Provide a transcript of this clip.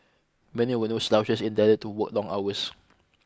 many were no slouches and tended to work long hours